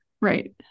right